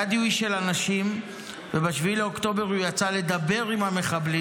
גדי הוא איש של אנשים וב-7 באוקטובר הוא יצא לדבר עם המחבלים.